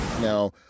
Now